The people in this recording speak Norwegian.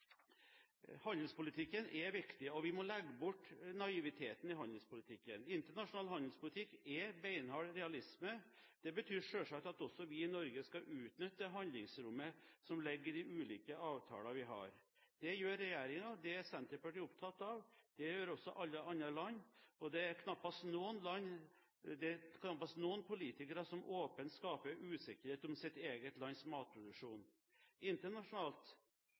Handelspolitikken er viktig. Vi må legge bort naiviteten i handelspolitikken. Internasjonal handelspolitikk er beinhard realisme. Det betyr selvsagt at også vi i Norge skal utnytte det handlingsrommet som ligger i de ulike avtalene vi har. Det gjør regjeringen. Det er Senterpartiet opptatt av. Det gjør også alle andre land. Det er nesten ingen land eller politikere som åpent skaper usikkerhet om sitt eget lands matproduksjon. Internasjonalt